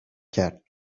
کرد